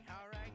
alright